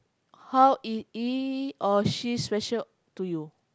how is he or she special to you